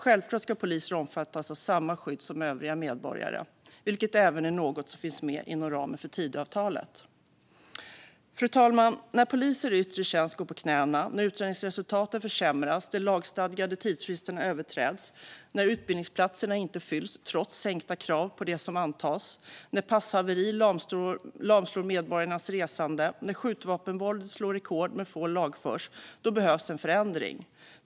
Självklart ska poliser omfattas av samma skydd som övriga medborgare, vilket även är något som finns med inom ramen för Tidöavtalet. Fru talman! När poliser i yttre tjänst går på knäna, när utredningsresultaten försämras, när de lagstadgade tidsfristerna överträds, när utbildningsplatserna inte fylls trots sänkta krav på dem som antas, när passhaveri lamslår medborgarnas resande och när skjutvapenvåldet slår rekord men få lagförs - då behövs en förändring.